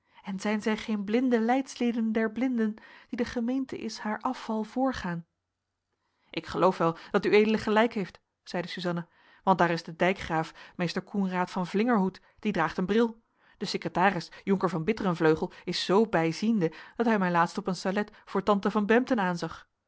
en zijn zij geen blinde leidslieden der blinden die de gemeente is haar afval voorgaan ik geloof wel dat ued gelijk heeft zeide suzanna want daar is de dijkgraaf mr coenraad van vlingerhoed die draagt een bril de secretaris jonker van bitterenvleugel is zoo bijziende dat hij mij laatst op een salet voor tante van bempden aanzag